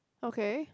okay